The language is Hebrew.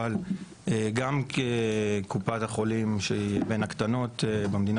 אבל גם כקופת החולים שהיא בין הקטנות במדינה,